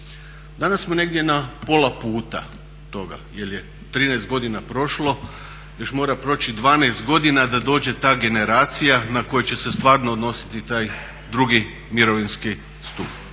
Danas smo negdje na pola puta toga, jer je 13 godina prošlo, još mora proći 12 godina da dođe ta generacija na koju će se stvarno odnositi taj drugi mirovinski stup.